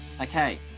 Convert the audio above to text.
Okay